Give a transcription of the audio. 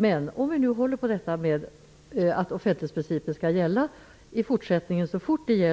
Men om vi nu vill hålla på att offentlighetsprincipen skall gälla i fortsättningen skall vi